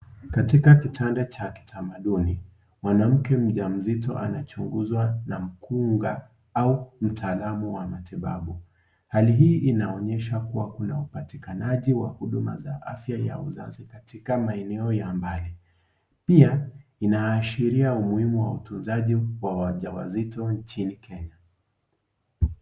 Katika kitanda cha kitamaduni mwanamke mja mzito anachunguzwa na mkunga au mtaalam wa matibabu, hali hii inaonyesha kuna upatikanaji wa huduma za afya ya uzazi katika maeneo ya mbali, pia inaashiria umuhimu wa utunzaji wa wajawazito nchini Kenya.